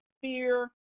fear